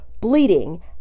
bleeding